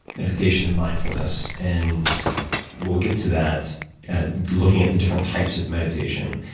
meditation and mindfulness and we'll get to that looking at the different types of meditation.